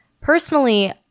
Personally